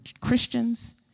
Christians